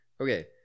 Okay